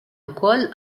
ukoll